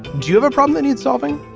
do you have a problem that needs solving.